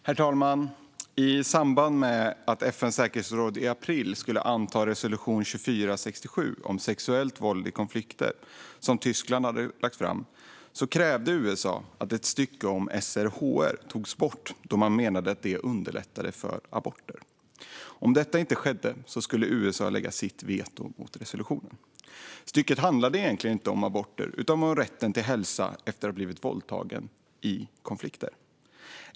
Herr talman! I samband med att FN:s säkerhetsråd i april skulle anta resolution 2467 om sexuellt våld i konflikter, som Tyskland hade lagt fram, krävde USA att ett stycke om SRHR togs bort då man menade att det underlättade för aborter. Om detta inte skedde skulle USA lägga in sitt veto mot resolutionen. Stycket handlade egentligen inte om aborter utan om rätten till hälsa för våldtagna i konflikter.